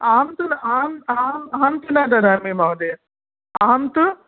अहं तु अहम् अहं तु न ददामि महोदय अहं तु